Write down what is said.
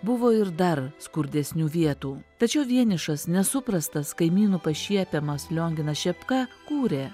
buvo ir dar skurdesnių vietų tačiau vienišas nesuprastas kaimynų pašiepiamas lionginas šepka kūrė